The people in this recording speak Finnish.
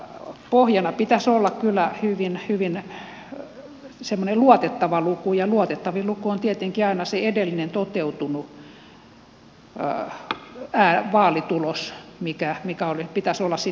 pohjana pitäisi olla kyllä hyvin semmoinen luotettava luku ja luotettavin luku on tietenkin aina se edellinen toteutunut vaalitulos minkä pitäisi olla sitten pohjana